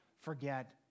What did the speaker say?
forget